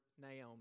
Naomi